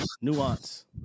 nuance